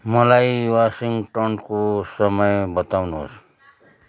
मलाई वासिङ्टनको समय बताउनुहोस्